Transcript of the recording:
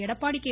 Edappadi K